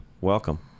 welcome